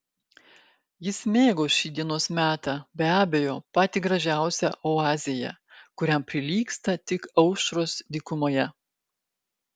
jis mėgo šį dienos metą be abejo patį gražiausią oazėje kuriam prilygsta tik aušros dykumoje